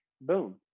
boom